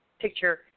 picture